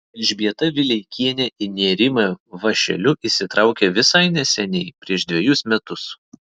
elžbieta vileikienė į nėrimą vąšeliu įsitraukė visai neseniai prieš dvejus metus